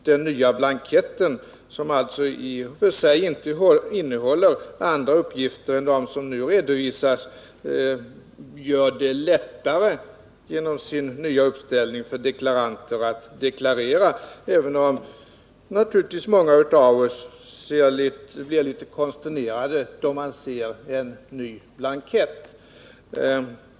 Den nya blanketten, som i och för sig inte innehåller andra uppgifter än dem som nu redovisas, gör det genom sin nya uppställning lättare för deklaranter att deklarera, även om många av oss blir litet konsternerade då man ser en ny blankett.